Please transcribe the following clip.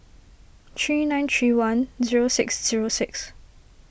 three nine three one zero six zero six